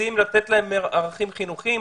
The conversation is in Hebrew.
ומנסים לתת להם ערכים חינוכיים,